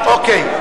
אוקיי.